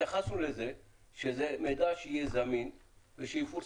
התייחסנו לזה שזה מידע שיהיה זמין ושיפורסם.